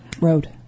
road